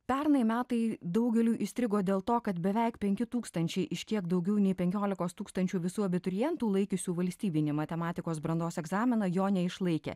pernai metai daugeliui įstrigo dėl to kad beveik penki tūkstančiai iš kiek daugiau nei penkiolikos tūkstančių visų abiturientų laikiusių valstybinį matematikos brandos egzaminą jo neišlaikė